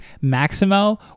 Maximo